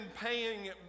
paying